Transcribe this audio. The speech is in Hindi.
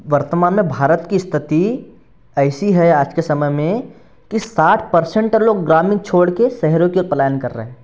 वर्तमान में भारत की स्थिति ऐसी है आज के समय में कि साठ परसेंट लोग ग्रामीण छोड़ के शहरों की ओर पलायन कर रहे हैं